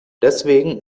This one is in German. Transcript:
deswegen